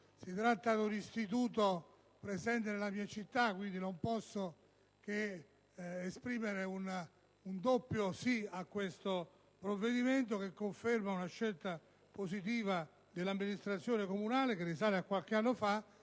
Si tratta di un istituto presente nella mia città, per cui non posso che esprimere un doppio sì a questo provvedimento. Esso conferma una scelta positiva dell'amministrazione comunale che risale a qualche anno fa